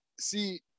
see